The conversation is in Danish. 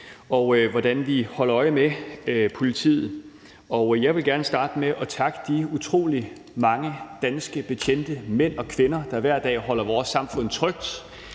og hvordan vi holder øje med politiet. Jeg vil gerne starte med at takke de utrolig mange danske betjente – mænd og kvinder – der hver dag holder vores samfund trygt,